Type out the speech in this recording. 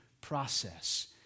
process